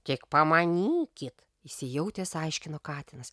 tik pamanykit įsijautęs aiškino katinas